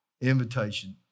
Invitation